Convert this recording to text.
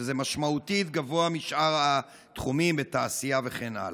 שזה משמעותית גבוה משאר התחומים בתעשייה וכן הלאה.